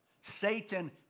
Satan